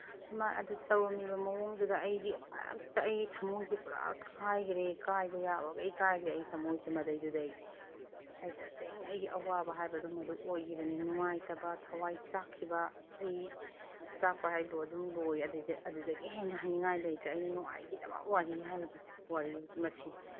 ꯏꯃꯥ ꯑꯗꯨꯗ ꯇꯧꯔꯝꯃꯤꯕ ꯃꯑꯣꯡꯗꯨꯗ ꯑꯩꯗꯤ ꯍꯦꯛꯇ ꯑꯩꯒꯤ ꯊꯝꯃꯣꯏꯁꯦ ꯄꯨꯔꯥ ꯀꯥꯏꯒꯔꯦ ꯀꯥꯏꯕ ꯌꯥꯕꯒꯩ ꯀꯥꯏꯒꯔꯦ ꯑꯩ ꯊꯝꯃꯣꯏꯁꯦ ꯃꯗꯩꯗꯨꯗ ꯑꯩ ꯑꯩ ꯇꯁꯦꯡꯅ ꯑꯩꯒꯤ ꯑꯋꯥꯕ ꯍꯥꯏꯕꯗꯨ ꯃꯗꯨ ꯑꯣꯏꯒꯤꯕꯅꯤ ꯅꯨꯡꯉꯥꯏꯇꯕ ꯊꯋꯥꯏ ꯆꯥꯛꯈꯤꯕ ꯑꯁ ꯑꯩ ꯆꯥꯛꯄ ꯍꯥꯏꯕꯨ ꯑꯗꯨꯝ ꯂꯣꯏꯔꯦ ꯑꯗꯩꯗ ꯑꯗꯨꯗꯒꯤ ꯍꯦꯟꯅ ꯍꯥꯏꯅꯤꯉꯥꯏ ꯂꯩꯇ꯭ꯔꯦ ꯑꯩꯅ ꯅꯨꯡꯉꯥꯏꯒꯤꯗꯕ ꯋꯥꯔꯤ ꯍꯥꯏꯔꯤꯁꯦ ꯃꯁꯤꯅꯤ